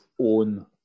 own